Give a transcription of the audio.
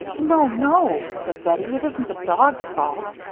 no, no, said bettie, it isn't the dog's fault.